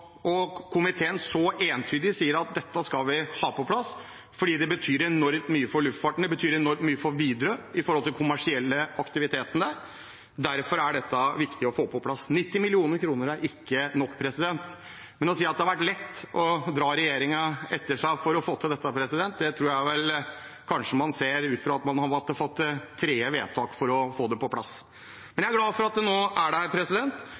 så entydig sier at dette skal vi ha på plass, for det betyr enormt mye for luftfarten, det betyr enormt mye for Widerøe når det gjelder de kommersielle aktivitetene. Derfor er dette viktig å få på plass. 90 mill. kr er ikke nok. Men å si at det har vært lett å dra regjeringen etter seg for å få til dette – jeg tror vel man kanskje ser det ut fra at man har fått et tredje vedtak for å få det på plass. Jeg er glad for at det nå er